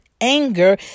anger